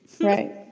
Right